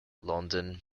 london